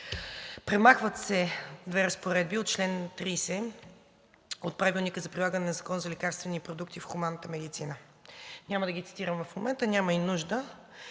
Премахват се две разпоредби от чл. 30 от Правилника за прилагане на Закона за лекарствени продукти в хуманната медицина. Няма да ги цитирам в момента, няма и нужда.